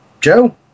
Joe